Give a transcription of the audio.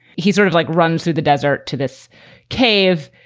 he's sort of like runs through the desert to this cave,